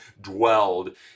dwelled